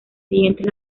siguientes